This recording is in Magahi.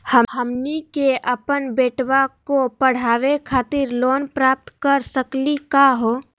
हमनी के अपन बेटवा क पढावे खातिर लोन प्राप्त कर सकली का हो?